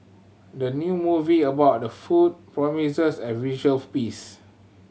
the new movie about food promises a visual feast